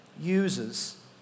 uses